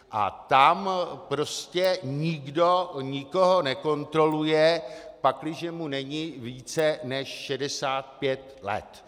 A tam prostě nikdo nikoho nekontroluje, pakliže mu není více než 65 let.